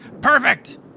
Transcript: Perfect